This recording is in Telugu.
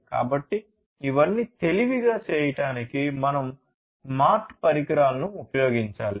కాబట్టి ఇవన్నీ తెలివిగా చేయడానికి మనం స్మార్ట్ పరికరాలను ఉపయోగించాలి